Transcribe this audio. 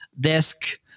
desk